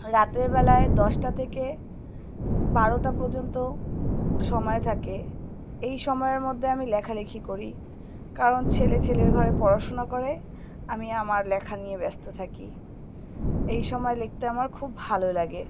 রাতের বলায় দশটা থেকে বারোটা পর্যন্ত সময় থাকে এই সময়ের মধ্যে আমি লেখালেখি করি কারণ ছেলে ছেলের ঘরে পড়াশোনা করে আমি আমার লেখা নিয়ে ব্যস্ত থাকি এই সময় লিখতে আমার খুব ভালো লাগে